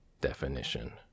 Definition